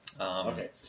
Okay